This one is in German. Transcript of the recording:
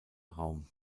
raum